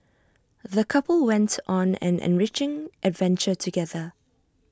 the couple went on an enriching adventure together